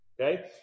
Okay